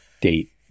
date